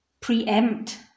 preempt